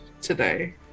today